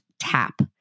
tap